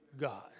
God